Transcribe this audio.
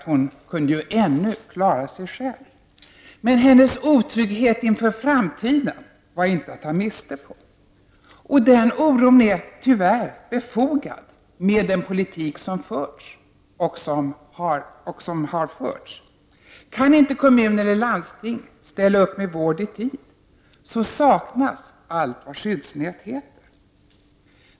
Hon kunde ju ännu klara sig själv. Men hennes otrygghet inför framtiden var inte att ta miste på. Den oron är tyvärr befogad, med den politik som förs och som har förts. Kan inte kommuner eller landsting ställa upp med vård i tid, saknas allt vad skyddsnät heter.